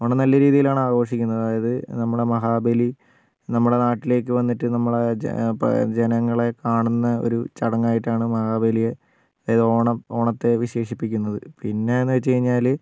ഓണം നല്ല രീതിയിലാണ് ആഘോഷിക്കുന്നത് അതായത് നമ്മുടെ മഹാബലി നമ്മുടെ നാട്ടിലേക്ക് വന്നിട്ട് നമ്മളെ ജനങ്ങളെ കാണുന്ന ഒരു ചടങ്ങായിട്ടാണ് മഹാബലിയെ ഓണം ഓണത്തെ വിശേഷിപ്പിക്കുന്നത് പിന്നേന്നു വെച്ചുകഴിഞ്ഞാല്